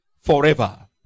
forever